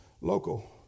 local